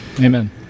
Amen